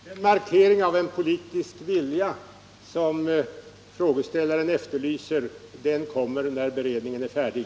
Herr talman! Den markering av en politisk vilja som frågeställaren efterlyser kommer när beredningen är färdig.